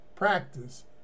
practice